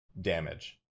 damage